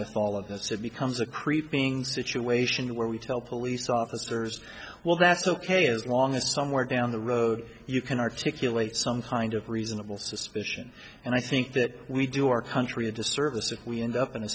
with all of this it becomes a creeping situation where we tell police officers well that's ok as long as somewhere down the road you can articulate some kind of reasonable suspicion and i think that we do our country a disservice if we end up in a